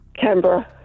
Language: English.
canberra